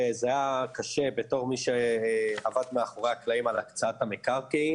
וזה היה קשה בתור מי שעמד מאחורי הקלעים על הקצאת המקרקעין,